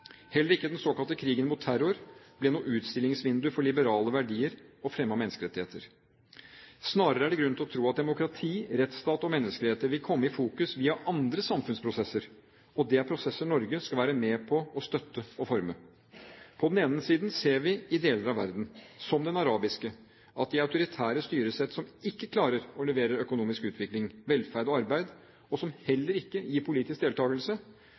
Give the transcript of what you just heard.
Heller ikke den såkalte krigen mot terror ble noe utstillingsvindu for liberale verdier og fremme av menneskerettigheter. Snarere er det grunn til å tro at demokrati, rettsstat og menneskerettigheter vil komme i fokus via andre samfunnsprosesser – og det er prosesser Norge skal være med på å støtte og forme. På den ene siden ser vi i deler av verden, som den arabiske, at de autoritære styresett som ikke klarer å levere økonomisk utvikling, velferd og arbeid, og som heller ikke gir politisk deltakelse,